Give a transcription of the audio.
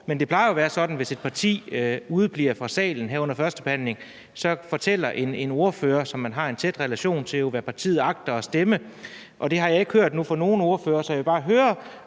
Men det plejer jo at være sådan, at hvis et parti udebliver fra salen her under førstebehandlingen, så fortæller en ordfører fra et andet parti, som man har en tæt relation til, hvad partiet agter at stemme, og det har jeg ikke hørt fra nogen ordførere. Så jeg vil bare høre,